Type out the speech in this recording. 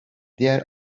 diğer